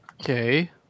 Okay